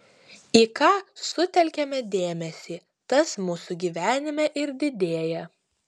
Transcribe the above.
į ką sutelkiame dėmesį tas mūsų gyvenime ir didėja